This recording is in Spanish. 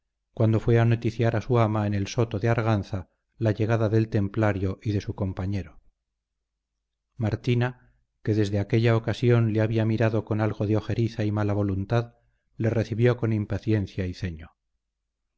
cuando fue a noticiar a su ama en el soto de arganza la llegada del templario y de su compañero martina que desde aquella ocasión le había mirado con algo de ojeriza y mala voluntad le recibió con impaciencia y ceño